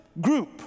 group